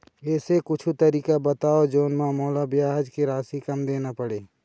ऐसे कुछू तरीका बताव जोन म मोला ब्याज के राशि कम देना पड़े?